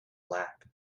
lap